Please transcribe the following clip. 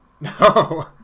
No